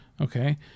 Okay